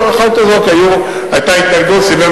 אבל דבר אחד, בנושא כל כך רגיש, אני מצפה לדיוק